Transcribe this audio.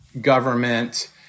government